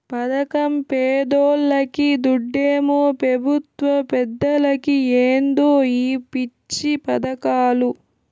పదకం పేదోల్లకి, దుడ్డేమో పెబుత్వ పెద్దలకి ఏందో ఈ పిచ్చి పదకాలు